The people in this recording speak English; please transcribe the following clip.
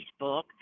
Facebook